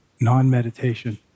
non-meditation